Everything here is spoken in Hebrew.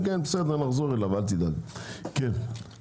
חברי הכנסת רוצים להגיד משהו?